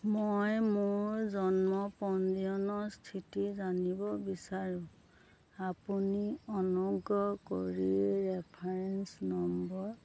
মই মোৰ জন্ম পঞ্জীয়নৰ স্থিতি জানিব বিচাৰোঁ আপুনি অনুগ্ৰহ কৰি ৰেফাৰেন্স নম্বৰ